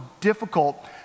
difficult